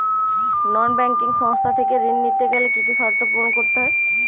নন banking সংস্থা থেকে ঋণ নিতে গেলে কি কি শর্ত পূরণ করতে হয়?